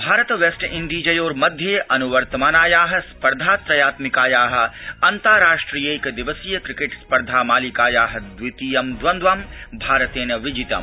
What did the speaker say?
भारत वेस्टइंडीजयोर्मध्ये अनुवर्तमानाया स्पर्धा त्रयात्मिकाया अन्ताराष्ट्रियैक दिवसीय क्रिकेट स्पर्धा मालिकाया द्वितीयं द्वन्द्व भारतेन विजितम्